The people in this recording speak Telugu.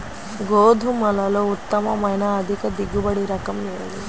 గోధుమలలో ఉత్తమమైన అధిక దిగుబడి రకం ఏది?